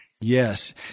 Yes